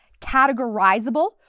categorizable